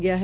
गया है